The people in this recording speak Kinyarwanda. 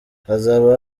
hazaba